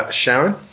Sharon